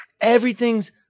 everything's